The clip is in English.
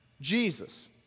Jesus